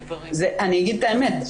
אני אגיד את האמת,